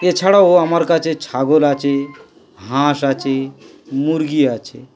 এছাড়াও আমার কাছে ছাগল আছে হাঁস আছে মুরগি আছে